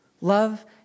love